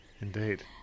Indeed